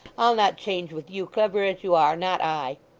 i'll not change with you, clever as you are not i